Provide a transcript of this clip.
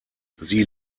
sie